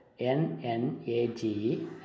N-N-A-G